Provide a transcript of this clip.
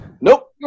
Nope